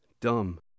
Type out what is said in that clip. dumb